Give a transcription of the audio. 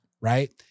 Right